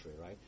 right